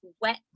wet